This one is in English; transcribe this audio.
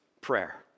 prayer